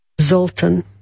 zoltan